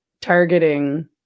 targeting